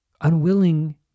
unwilling